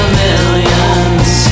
millions